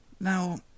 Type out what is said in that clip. Now